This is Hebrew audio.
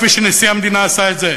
כפי שנשיא המדינה עשה את זה